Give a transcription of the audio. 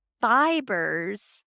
fibers